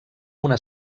una